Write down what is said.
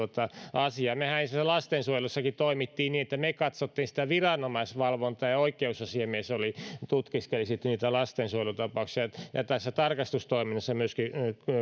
asia mehän lastensuojelussakin toimimme niin niin että me katsoimme sitä viranomaisvalvontaa ja ja oikeusasiamies tutkiskeli sitten niitä lastensuojelutapauksia ja tässä tarkastustoiminnassa myöskin